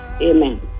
amen